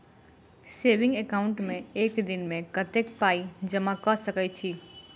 Saving account मे एक दिनमे कतेक पाई जमा कऽ सकैत छी?